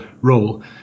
role